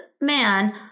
man